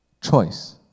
choice